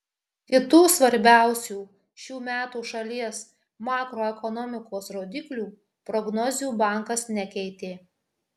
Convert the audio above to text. kitų svarbiausių šių metų šalies makroekonomikos rodiklių prognozių bankas nekeitė